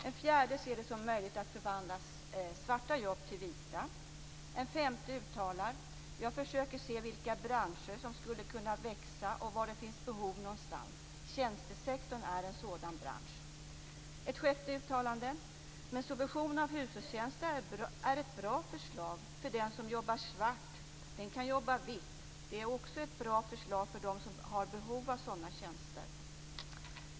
En fjärde ser det som möjligt att förvandla svarta jobb till vita. En femte uttalar: Jag försöker se vilka branscher som skulle kunna växa och var det finns behov någonstans. Tjänstesektorn är en sådan bransch. Ett sjätte uttalande: Men subvention av hushållstjänster är ett bra förslag för den som jobbar svart. Den kan jobba vitt. Det är också ett bra förslag för dem som har behov av sådana tjänster.